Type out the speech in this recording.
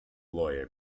lawyer